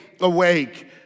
awake